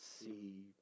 see